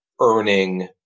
earning